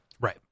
right